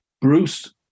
Bruce